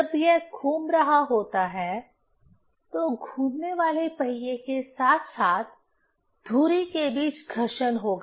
जब यह घूम रहा होता है तो घूमने वाले पहिये के साथ साथ धुरी के बीच घर्षण होगा